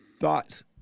thoughts